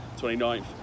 29th